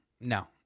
No